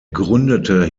gründete